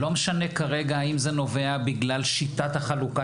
לא משנה כרגע אם זה נובע בגלל שיטת החלוקה